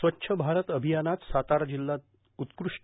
स्वच्छ भारत अभियानात सातारा जिल्हा देशात उत्क्रष्ट